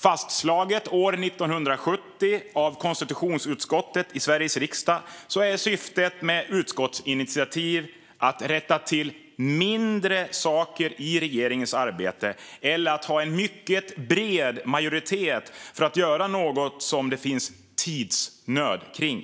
Fastslaget år 1970 av konstitutionsutskottet i Sveriges riksdag är syftet med utskottsinitiativ att rätta till mindre saker i regeringens arbete eller att ha en mycket bred majoritet för att göra något som det finns tidsnöd kring.